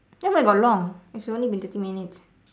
then where got long it's only been thirty minutes